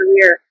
career